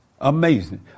Amazing